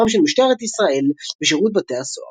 רבם של משטרת ישראל ושירות בתי הסוהר.